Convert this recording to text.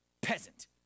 peasant